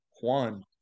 Juan